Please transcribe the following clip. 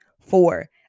Four